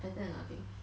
better than nothing